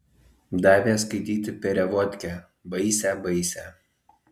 davė skaityti perevodkę baisią baisią